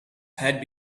had